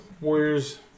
Warriors